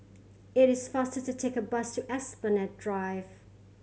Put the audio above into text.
it is faster to take a bus to Esplanade Drive